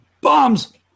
bombs